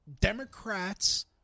Democrats